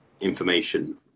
information